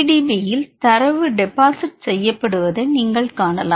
PDB இல் தரவு deposit செய்யப்படுவதை நீங்கள் காணலாம்